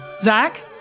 Zach